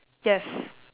yes